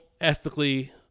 ethically